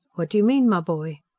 what do you mean, my boy?